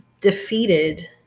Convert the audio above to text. defeated